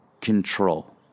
control